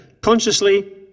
Consciously